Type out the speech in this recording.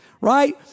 Right